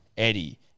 Eddie